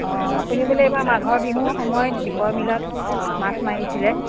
অঁ আপুনি বোলে এইবাৰ মাঘৰ বিহুৰ সময়ত দীপৰ বিলত মাছ মাৰিছিলে